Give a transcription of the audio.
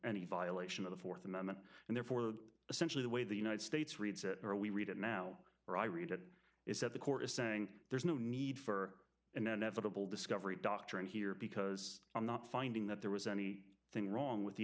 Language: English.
any violation of the fourth amendment and therefore essentially the way the united states reads it or we read it now or i read it is that the court is saying there's no need for an inevitable discovery doctrine here because i'm not finding that there was any thing wrong with the